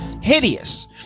Hideous